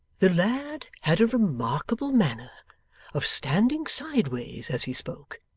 the lad had a remarkable manner of standing sideways as he spoke,